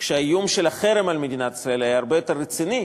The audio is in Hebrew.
כשאיום החרם על מדינת ישראל היה הרבה יותר רציני,